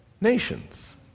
nations